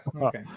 okay